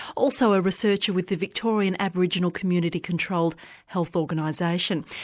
also a researcher with the victorian aboriginal community controlled health organisation.